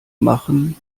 machen